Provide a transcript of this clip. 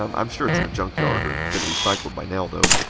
um i'm sure its in a junk yard or been recycled by now, though.